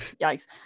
yikes